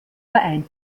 verein